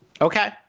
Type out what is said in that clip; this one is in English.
Okay